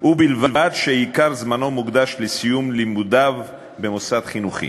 ובלבד שעיקר זמנו מוקדש לסיום לימודיו במוסד חינוכי